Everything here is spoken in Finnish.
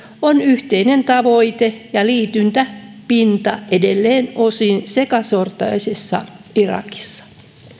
on yhteinen tavoite ja liityntäpinta edelleen osin sekasortoisessa irakissa